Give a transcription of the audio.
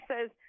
says